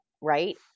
right